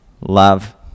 love